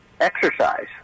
exercise